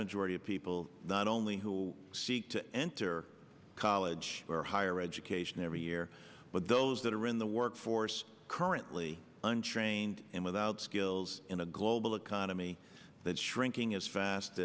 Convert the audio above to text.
majority of people not only who seek to enter college for higher education every year but those that are in the workforce currently and trained and without skills in a global economy that shrinking as fast